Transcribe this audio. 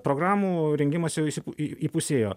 programų rengimas jau jis į į įpusėjo